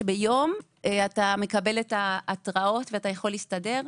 שביום אתה מקבל את ההתרעות ויכול להסתדר?